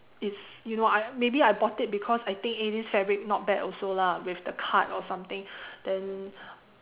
it's you know maybe I I bought it cause I think it is fabric not bad also lah with the cut or something then